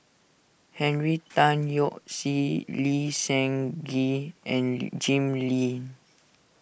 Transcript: Henry Tan Yoke See Lee Seng Gee and Jim Lim